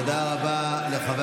תודה רבה לחבר